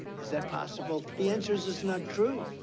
is that possible? the answer is, it's not true.